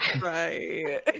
right